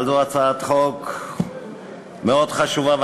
אבל זו הצעת חוק מאוד חשובה,